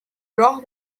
راه